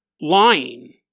lying